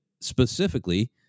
specifically